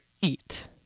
eat